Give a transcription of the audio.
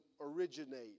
originate